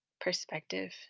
perspective